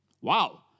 Wow